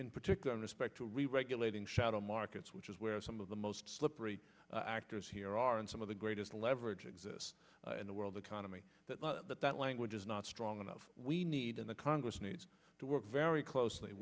in particular respect to reregulating shadow markets which is where some of the most slippery actors here are and some of the greatest leverage exists in the world economy that that language is not strong enough we need in the congress needs to work very closely